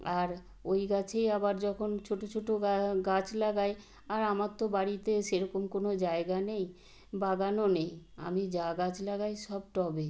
আর ওই গাছেই আবার যখন ছোটো ছোটো গাছ লাগাই আর আমার তো বাড়িতে সেরকম কোনো জায়গা নেই বাগানও নেই আমি যা গাছ লাগাই সব টবে